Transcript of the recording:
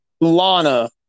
lana